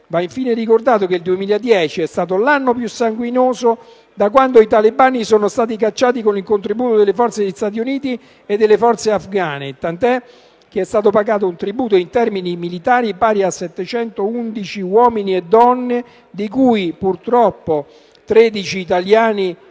Va infine ricordato che il 2010 è stato l'anno più sanguinoso da quando i talebani sono stati cacciati con il contributo delle forze degli Stati Uniti e delle forze afgane, tant'è che è stato pagato un tributo in termini dì militari pari a 711 uomini e donne, di cui purtroppo 13 italiani (in